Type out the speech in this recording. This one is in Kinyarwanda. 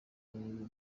n’ibibi